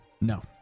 No